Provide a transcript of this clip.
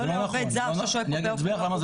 לא לעובד זר ששוהה פה באופן לא חוקי.